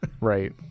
Right